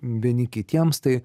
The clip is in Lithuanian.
vieni kitiems tai